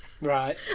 Right